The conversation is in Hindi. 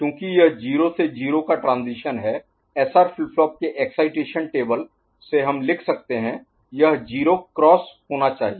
चूंकि यह 0 से 0 का ट्रांजीशन है SR फ्लिप फ्लॉप के एक्साइटेशन टेबल से हम लिख सकते हैं यह 0 क्रॉस होना चाहिए